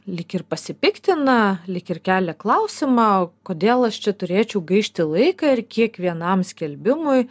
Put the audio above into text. lyg ir pasipiktina lyg ir kelia klausimą kodėl aš čia turėčiau gaišti laiką ir kiekvienam skelbimui